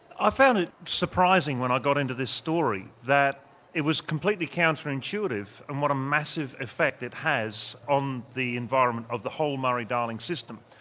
ah found it surprising when i got into this story that it was completely counterintuitive and what a massive effect it has on the environment of the whole murray darling system.